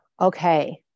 Okay